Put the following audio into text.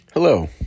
Hello